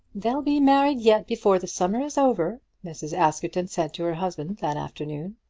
they'll be married yet before the summer is over, mrs. askerton said to her husband that afternoon.